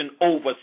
over